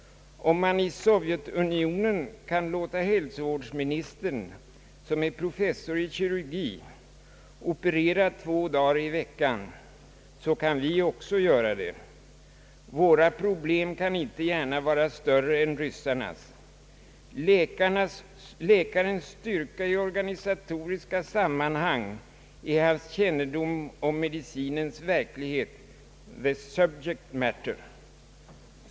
Om man i Sovjetunionen kan låta hälsovårdsministern, som är professor i kirurgi, operera två dagar i veckan, så kan vi också göra det: våra problem kan inte gärna vara större än ryssarnas. Läkarens styrka i organisatoriska sammanhang är hans kännedom om medicinens verklighet — the subject matter.